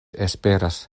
esperas